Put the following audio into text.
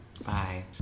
Bye